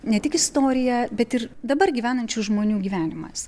ne tik istorija bet ir dabar gyvenančių žmonių gyvenimas